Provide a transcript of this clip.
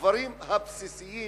הדברים הבסיסיים